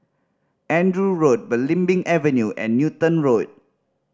Andrew Road Belimbing Avenue and Newton Road